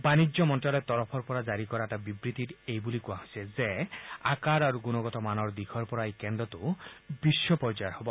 বাণিজ্য মন্ত্ৰালয়ৰ পৰা জাৰি কৰা এটা বিবৃতিত কোৱা হৈছে যে আকাৰ আৰু গুণগত মানৰ দিশৰ পৰা এই কেন্দ্ৰটো বিশ্ব পৰ্যায়ৰ হব